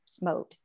mode